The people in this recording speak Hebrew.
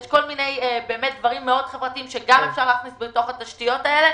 יש כל מיני דברים חברתיים שגם אפשר להכניס בתוך התשתיות האלה.